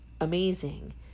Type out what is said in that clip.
amazing